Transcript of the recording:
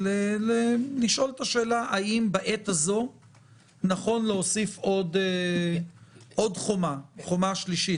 לשאול האם בעת הזו נכון להוסיף עוד חומה שלישית.